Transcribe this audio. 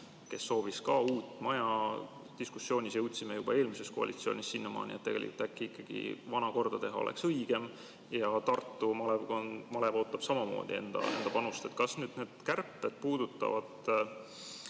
kes soovis ka uut maja. Diskussioonis jõudsime juba eelmises koalitsioonis sinnamaani, et tegelikult äkki ikkagi vana korda teha oleks õigem. Tartu malev ootab samamoodi panust. Kas nüüd need kärped puudutavad